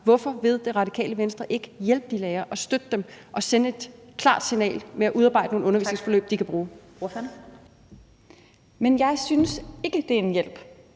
Hvorfor vil Radikale Venstre ikke hjælpe de lærere, støtte dem og sende et klart signal ved at udarbejde nogle undervisningsforløb, de kan bruge? Kl. 11:39 Den fg.